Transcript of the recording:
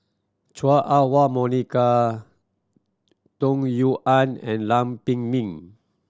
Chua Ah Huwa Monica Tung Yue Nang and Lam Pin Min